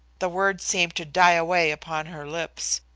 the words seemed to die away upon her lips.